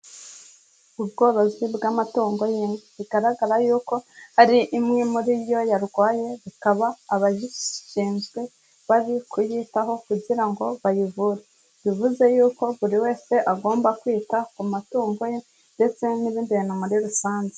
Ubworozi bw'amatungo y'inka, bigaragara y'uko hari imwe muri yo yarwaye bakaba abazishinzwe bari kuyitaho kugira ngo bayivure, bivuze yuko buri wese agomba kwita ku matungo ye ndetse n'ibindi bintu muri rusange.